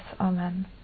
Amen